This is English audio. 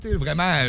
Vraiment